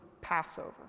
Passover